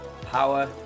Power